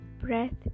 breath